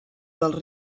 dels